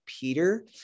Peter